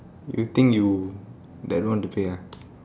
you think you that want to pay ah